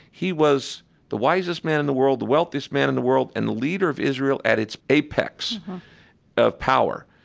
he was the wisest man in the world, the wealthiest man in the world and the leader of israel at its apex of power.